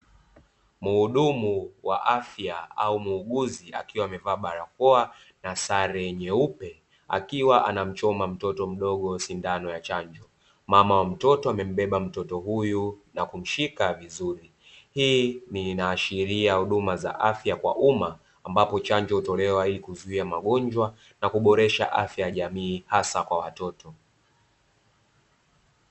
Mhudumu wa afya au muuguzi akiwa amevaa barakoa na sare nyeupe, akiwa anamchoma mtoto mdogo sindano ya chanjo. Mama wa mtoto amembeba mtoto huyu na kumshika vizuri. Hii ni inaashiria huduma za afya kwa umma, ambapo chanjo hutolewa ili kuzuia magonjwa na kuboresha afya ya jamii hasa kwa watoto.